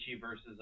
versus